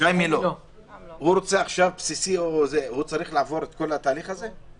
אם הוא רוצה עכשיו בסיסי הוא צריך לעבור את כל התהליך הזה?